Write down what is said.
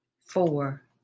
four